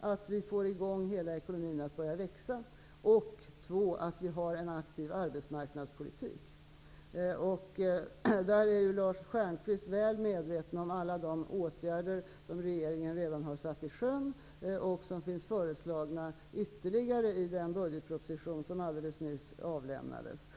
att vi för det första får ekonomin att börja växa och för det andra att vi får en aktiv arbetsmarknadspolitik. Lars Stjernkvist är väl medveten om alla de åtgärder som regeringen redan har satt i sjön och de ytterligare åtgärder som finns föreslagna i budgetpropositionen, som avlämnades alldeles nyss.